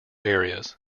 areas